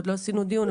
עוד לא עשינו דיון.